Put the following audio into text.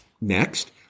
Next